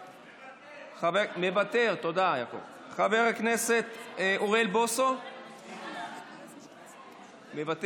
מוותר, חבר הכנסת אוריאל בוסו, מוותר,